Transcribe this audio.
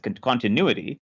continuity